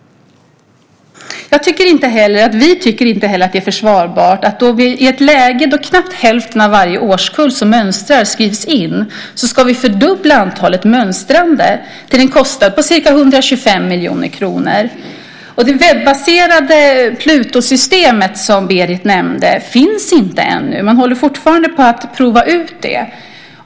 Vi tycker inte heller att det i ett läge då knappt hälften av varje årskull som mönstrar skrivs in är försvarbart att fördubbla antalet mönstrande till en kostnad på ca 125 miljoner kronor. Det webbaserade Plutosystemet, som Berit Jóhannesson nämnde, finns ännu inte. Man håller fortfarande på att prova ut det.